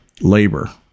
labor